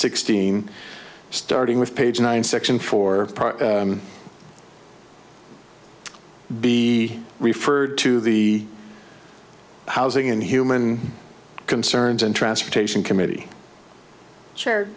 sixteen starting with page nine section four be referred to the housing and human concerns and transportation committee cha